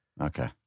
Okay